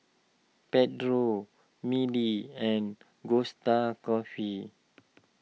Petro Mili and Costa Coffee